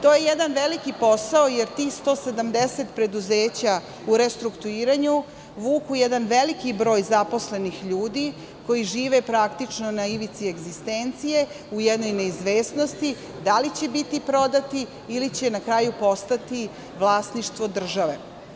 To je jedan veliki posao, jer tih 170 preduzeća u restrukturiranju vuku jedan veliki broj zaposlenih ljudi, koji praktično žive na ivici egzistencije, u jednoj neizvesnosti, da li će biti prodati ili će na kraju postati vlasništvo države.